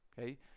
okay